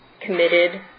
committed